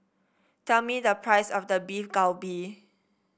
tell me the price of the Beef Galbi